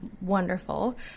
wonderful